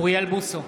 אוריאל בוסו,